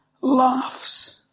laughs